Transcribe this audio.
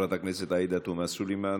חברת הכנסת עאידה תומא סלימאן,